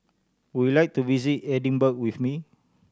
would you like to visit Edinburgh with me